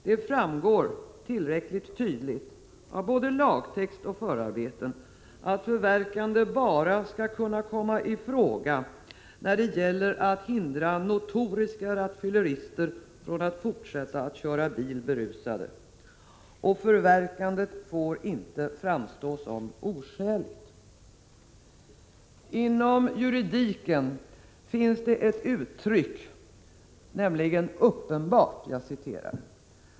Det framgår tillräckligt tydligt av både lagtext och förarbeten att förverkande bara skall kunna komma i fråga när det gäller att hindra notoriska rattfyllerister från att fortsätta att köra bil berusade och att förverkandet inte får framstå som oskäligt. Inom juridiken finns uttrycket ”uppenbart”.